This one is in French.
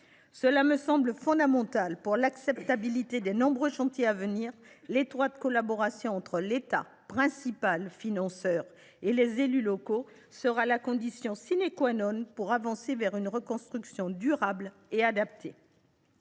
Cela me semble indispensable pour l’acceptabilité des nombreux chantiers à venir. L’étroite collaboration entre l’État, principal financeur, et les élus locaux sera la condition d’une reconstruction durable et adaptée.